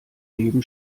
leben